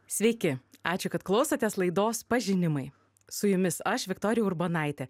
sveiki ačiū kad klausotės laidos pažinimai su jumis aš viktorija urbonaitė